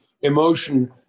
emotion